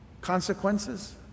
consequences